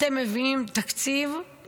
אתם מביאים תקציב,